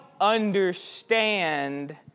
understand